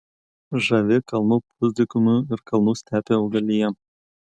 žavi kalnų pusdykumių ir kalnų stepių augalija